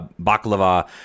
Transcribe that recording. baklava